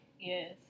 Yes